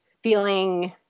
Feeling